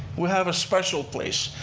we have a special place.